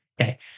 Okay